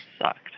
sucked